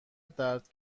درد